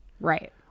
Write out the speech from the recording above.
Right